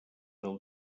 del